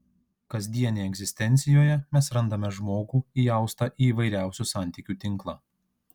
kasdienėje egzistencijoje mes randame žmogų įaustą į įvairiausių santykių tinklą